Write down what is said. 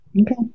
Okay